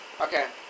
Okay